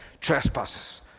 trespasses